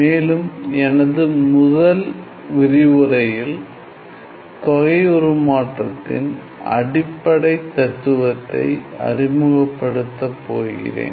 மேலும் எனது முதல் விரிவுரையில் தொகை உருமாற்றத்தின் அடிப்படை தத்துவத்தை அறிமுகப்படுத்தப் போகிறேன்